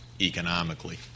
economically